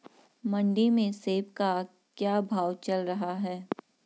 मंडी में सेब का क्या भाव चल रहा है?